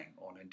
on